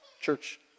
church